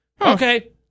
Okay